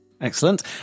Excellent